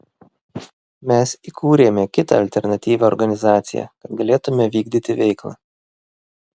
mes įkūrėme kitą alternatyvią organizaciją kad galėtumėme vykdyti veiklą